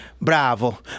bravo